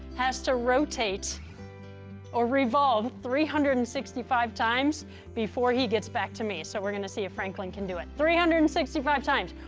has to rotate or revolve three hundred and sixty five times before he gets back to me. so we're going to see a franklin can do it three hundred and sixty five times.